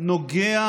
נוגע